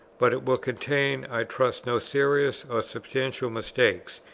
but it will contain, i trust, no serious or substantial mistake,